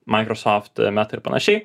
microsoft meta ir panašiai